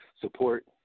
support